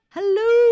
Hello